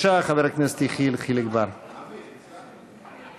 יחיאל חיליק בר (המחנה הציוני):